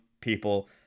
people